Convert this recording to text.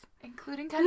Including